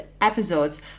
episodes